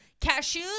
Cashews